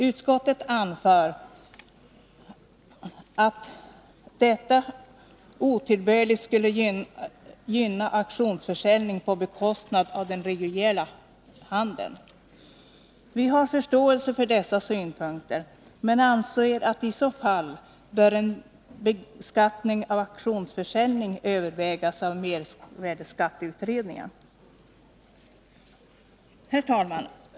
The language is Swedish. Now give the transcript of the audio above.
Utskottet anför att detta otillbörligt skulle gynna auktionsförsäljning på bekostnad av den reguljära handeln. Vi har förståelse för dessa synpunkter men anser att i så fall en beskattning av auktionsförsäljning bör övervägas av mervärdeskatteutredningen. Herr talman!